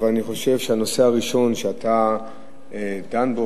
אני חושב שזה שהנושא הראשון שאתה דן בו